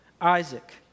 Isaac